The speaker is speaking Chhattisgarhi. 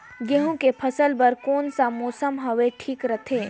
गहूं के फसल बर कौन सा मौसम हवे ठीक रथे?